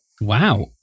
Wow